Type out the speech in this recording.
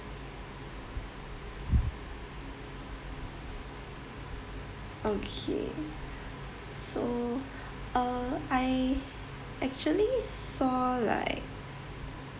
okay so uh I actually saw like